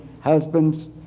husbands